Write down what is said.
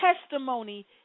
testimony